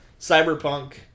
Cyberpunk